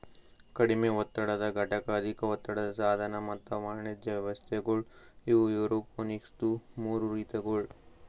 ಕಡಿಮೆ ಒತ್ತಡದ ಘಟಕ, ಅಧಿಕ ಒತ್ತಡದ ಸಾಧನ ಮತ್ತ ವಾಣಿಜ್ಯ ವ್ಯವಸ್ಥೆಗೊಳ್ ಇವು ಏರೋಪೋನಿಕ್ಸದು ಮೂರು ರೀತಿಗೊಳ್